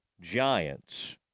Giants